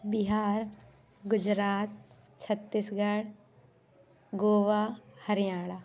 Bihar Gujarat Chhattisgarh Goa Haryana